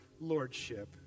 lordship